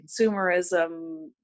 consumerism